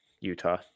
Utah